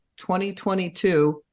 2022